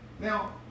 Now